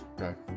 Okay